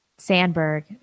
Sandberg